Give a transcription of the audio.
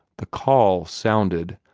the call sounded,